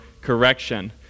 correction